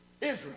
Israel